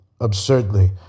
Absurdly